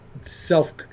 self